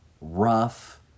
rough